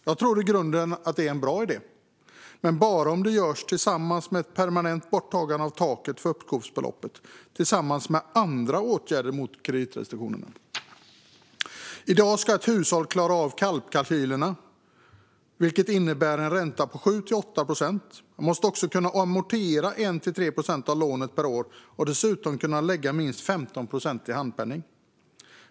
Jag tror att det i grunden är en bra idé, men bara om det görs tillsammans med ett permanent borttagande av taket för uppskovsbeloppet och andra åtgärder mot kreditrestriktionerna. I dag ska ett hushåll klara av KALP-kalkylen, vilket innebär att man ska klara att betala en ränta på 7-8 procent. Man måste också kunna amortera 1-3 procent av lånet per år och dessutom kunna lägga minst 15 procent i handpenning.